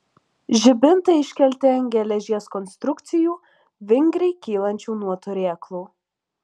žibintai iškelti ant geležies konstrukcijų vingriai kylančių nuo turėklų